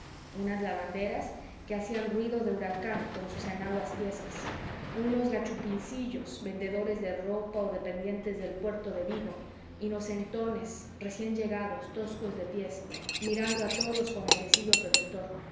unas lavanderas que hacían ruido de huracán con sus enaguas tiesas unos gachupincillos vendedores de ropa o dependientes de el puerto de vigo inocentones recién llegados toscos de pies mirando a todos con airecillo protector